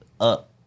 up